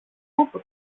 από